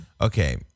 Okay